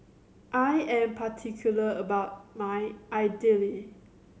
I am particular about my Idili